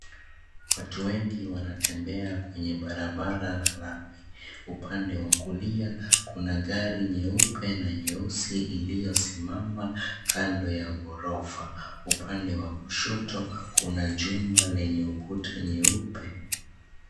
Watu wengi wanatembea kwenye barabara la lami. Upande wa kulia kuna gari nyeupe na nyeusi iliyosimama kando ya gorofa. Upande wa kushoto kuna jumba lenye ukuta nyeupe.